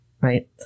Right